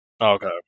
okay